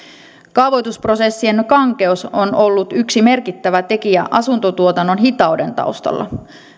kaavoitusprosessien kankeus on ollut yksi merkittävä tekijä asuntotuotannon hitauden taustalla